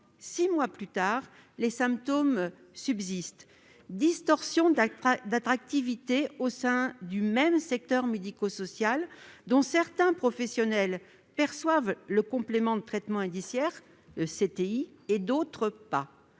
six mois plus tard, les symptômes persistent : distorsion d'attractivité au sein du même secteur médico-social, dont certains personnels perçoivent le complément de traitement indiciaire (CTI) et d'autres pas